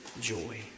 joy